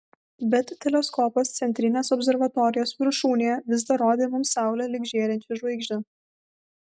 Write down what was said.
bet teleskopas centrinės observatorijos viršūnėje vis dar rodė mums saulę lyg žėrinčią žvaigždę